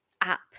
app